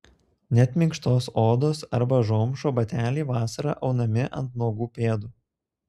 net minkštos odos arba zomšos bateliai vasarą aunami ant nuogų pėdų